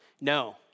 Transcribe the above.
No